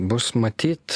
bus matyt